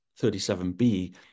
37b